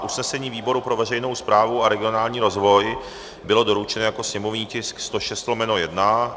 Usnesení výboru pro veřejnou správu a regionální rozvoj bylo doručeno jako sněmovní tisk 106/1.